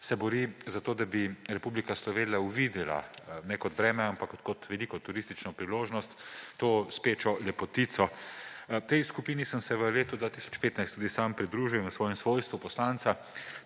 bori za to, da bi Republika Slovenija uvidela ne kot breme, ampak kot veliko turistično priložnost to spečo lepotico. Tej skupini sem se v letu 2015 tudi sam pridružil in v svojem svojstvu poslanca